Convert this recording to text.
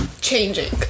changing